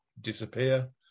disappear